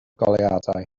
goleuadau